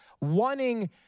wanting